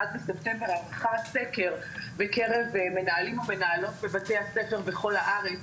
אחד בספטמבר ערכה סקר בקרב מנהלים ומנהלות בבתי הספר בכל הארץ,